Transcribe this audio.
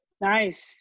Nice